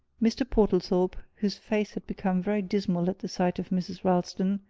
mr. portlethorpe, whose face had become very dismal at the sight of mrs. ralston,